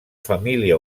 família